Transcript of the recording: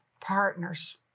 partners